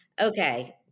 Okay